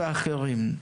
ואחרים.